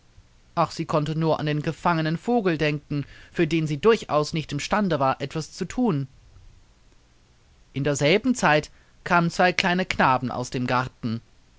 ach sie konnte nur an den gefangenen vogel denken für den sie durchaus nicht im stande war etwas zu thun in derselben zeit kamen zwei kleine knaben aus dem garten